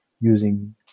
using